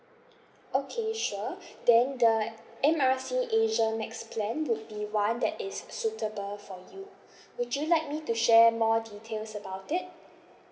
okay sure then the M R C asia max plan would be one that is suitable for you would you like me to share more details about it